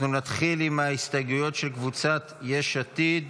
אנחנו נתחיל עם ההסתייגויות של קבוצת יש עתיד.